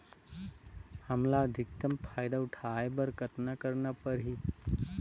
हमला अधिकतम फायदा उठाय बर कतना करना परही?